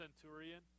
centurion